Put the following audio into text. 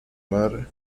mar